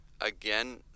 again